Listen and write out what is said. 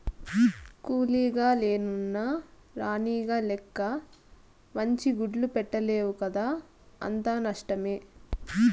కూలీగ లెన్నున్న రాణిగ లెక్క మంచి గుడ్లు పెట్టలేవు కదా అంతా నష్టమే